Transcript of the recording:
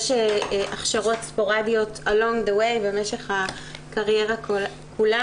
יש הכשרות ספורדיות במשך הקריירה כולה